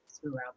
throughout